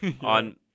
On